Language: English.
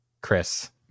Chris